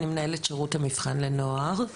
אני מנהלת שירות המבחן לנוער.